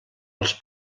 als